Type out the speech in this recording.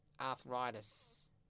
arthritis